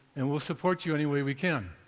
and we'll support you any way we can.